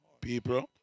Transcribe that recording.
People